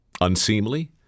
Unseemly